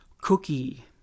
Cookie